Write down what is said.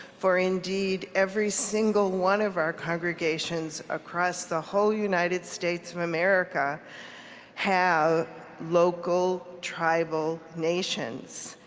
for indeed, every single one of our congregations across the whole united states of america have local tribal nations